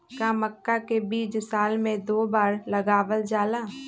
का मक्का के बीज साल में दो बार लगावल जला?